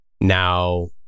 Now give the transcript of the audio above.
now